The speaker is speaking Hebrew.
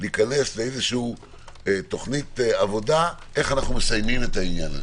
להיכנס לתוכנית עבודה, איך אנו מסיימים את העניין.